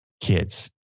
kids